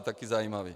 Taky zajímavý.